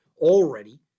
already